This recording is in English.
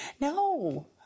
No